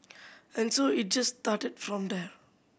and so it just started from there